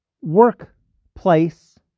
workplace